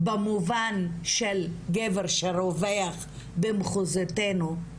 במובן של גבר שרווח במחוזותינו,